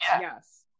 yes